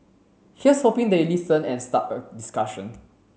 here's hoping they listen and start a discussion